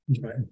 right